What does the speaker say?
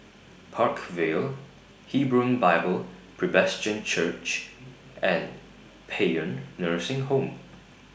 Park Vale Hebron Bible Presbyterian Church and Paean Nursing Home